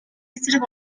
эсрэг